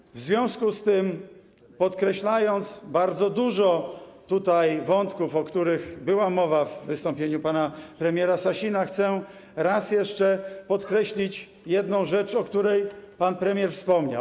I w związku z tym, podkreślając bardzo dużo tutaj wątków, o których była mowa w wystąpieniu pana premiera Sasina, chcę raz jeszcze podkreślić jedną rzecz, o której pan premier wspomniał.